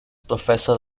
professor